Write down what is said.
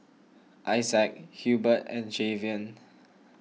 Isaac Hubert and Jayvon